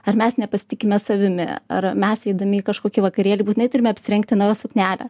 ar mes nepasitikime savimi ar mes eidami į kažkokį vakarėlį būtinai turime apsirengti naują suknelę